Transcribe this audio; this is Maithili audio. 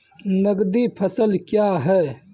नगदी फसल क्या हैं?